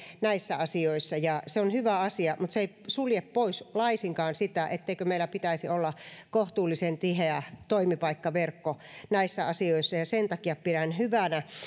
näissä asioissa se on hyvä asia mutta se ei sulje pois laisinkaan sitä etteikö meillä pitäisi olla kohtuullisen tiheä toimipaikkaverkko näissä asioissa ja ja sen takia pidän hyvänä